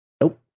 Nope